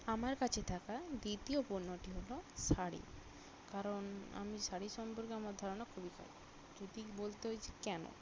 আমার কাছে থাকা দ্বিতীয় পণ্যটি হলো শাড়ি কারণ আমি শাড়ি সম্পর্কে আমার ধারণা খুবই খারাপ যদি বলতে হয় যে কেন